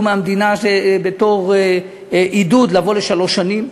מהמדינה בתור עידוד לבוא לשלוש שנים,